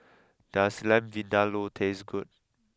does Lamb Vindaloo taste good